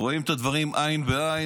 אני מניח, רואים את הדברים עין בעין.